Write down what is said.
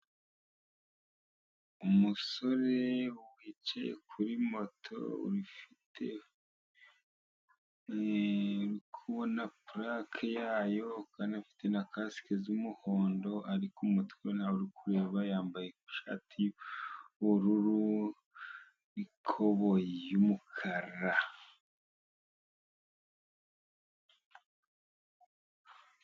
Umusore wicaye kuri moto, ufite uri kubona planque yayo kandi afite na cask z'umuhondo, ariko umutwe ntabwo uri kureba, yambaye ishati y'ubururu n'ikoboyi y'umukara.